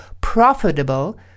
profitable